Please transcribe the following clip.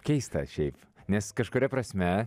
keista šiaip nes kažkuria prasme